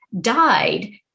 died